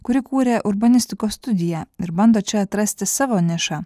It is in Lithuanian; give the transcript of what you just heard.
kur įkūrė urbanistikos studiją ir bando čia atrasti savo nišą